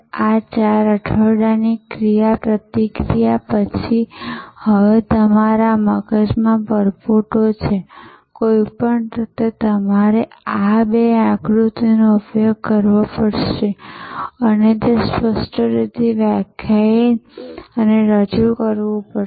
આ ચાર અઠવાડિયાની ક્રિયાપ્રતિક્રિયા પછી હવે તમારા મગજમાં પરપોટો છે કોઈપણ રીતે તમારે આ બે આકૃતિઓનો ઉપયોગ કરવો પડશે અને સ્પષ્ટ રીતે વ્યાખ્યાયિત અને રજૂ કરવું પડશે